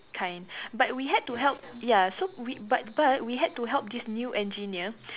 kind but we had to help ya so we but but we had to help this new engineer